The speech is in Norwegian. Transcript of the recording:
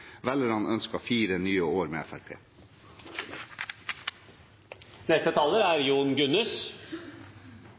Velgerne ønsket fire nye år med